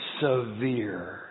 severe